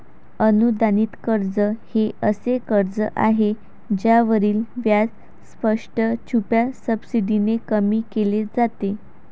अनुदानित कर्ज हे असे कर्ज आहे ज्यावरील व्याज स्पष्ट, छुप्या सबसिडीने कमी केले जाते